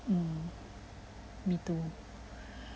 mm me too